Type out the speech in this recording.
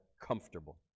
comfortable